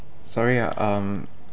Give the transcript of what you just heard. sorry ah um